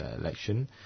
election